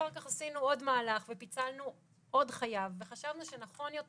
אחר כך עשינו עוד מהלך ופיצלנו עוד חייב וחשבנו שנכון יותר